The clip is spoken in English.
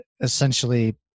essentially